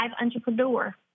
Entrepreneur